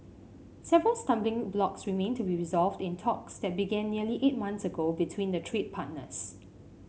several stumbling blocks remain to be resolved in talks that began nearly eight months ago between the trade partners